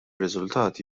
riżultati